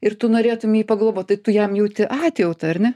ir tu norėtum jį paglobot tai tu jam jauti atjautą ar ne